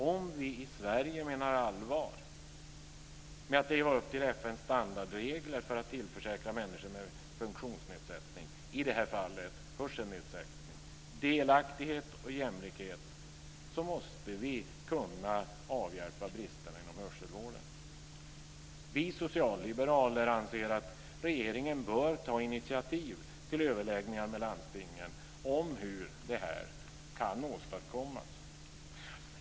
Om vi i Sverige menar allvar med att leva upp till FN:s standardregler för att tillförsäkra människor med funktionsnedsättning - i det här fallet hörselnedsättning - delaktighet och jämlikhet måste vi kunna avhjälpa bristerna inom hörselvården. Vi socialliberaler anser att regeringen bör ta initiativ till överläggningar med landstingen om hur det kan åstadkommas.